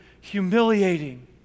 humiliating